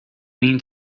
mean